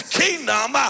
kingdom